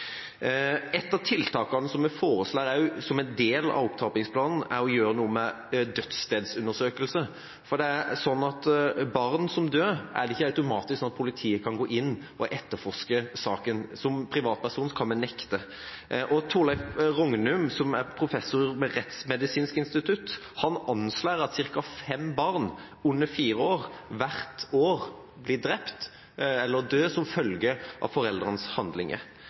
av tiltakene som vi også foreslår som en del av opptrappingsplanen, er å gjøre noe med dødsstedsundersøkelse, for når barn dør, er det ikke automatisk sånn at politiet kan gå inn og etterforske saken. Som privatperson kan en nekte. Torleiv Rognum, som er professor ved Rettsmedisinsk institutt, anslår at ca. fem barn under fire år hvert år blir drept eller dør som følge av foreldrenes handlinger.